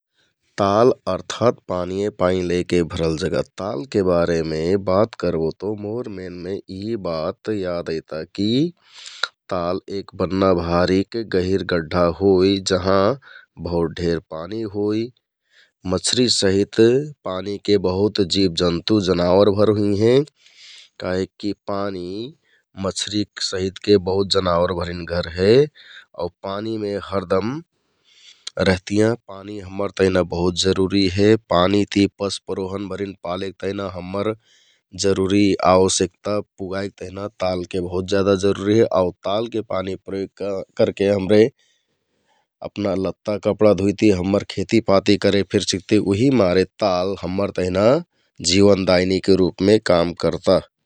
TKT -KSM003-X174 ताल अर्थात् पानीये पानी लैके भरल जगाह । तालके बारेमे बात करबो तौ मोर मनमे यिहि बात याद ऐता की ताल एक बन्ना भारिस गहिंर गड्ढा हो, जहाँ बहुत ढेर पानी होइ । मछरि सहीत पानीके बहुत जीवजन्तु, जनावरभर हुइहें काहिक की पानी मछरिक सहीत के बहुत जनावर भरिनके घर हे । आउ पानी मे हरदम रहतियाँ, पानी हम्मर तहनि बहुत जरुरि हे। पानी ति पशपरोहन भरिन पालेक तेहना हम्मर जरुरि आवश्यकता पुगाइक तेहना तालके बहुत ज्यादा जरुरि हे । आउ तालके पानी प्रयोग करके हमरे अपना लत्ताकपडा धुइति, हम्मर खेतिपाती करे फेर सिकति उहि मारे ताल हम्मर तहिना जीवनदायीनी के रुपमे काम करता ।